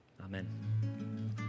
Amen